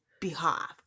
behalf